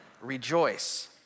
rejoice